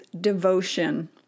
devotion